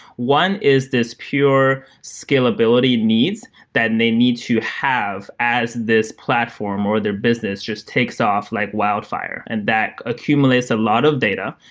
one is this pure scalability needs that and they need to have as this platform or their business just takes off like wildfire, and that accumulates a lot of data.